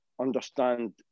understand